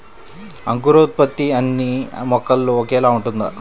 అంకురోత్పత్తి అన్నీ మొక్కలో ఒకేలా ఉంటుందా?